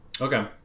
Okay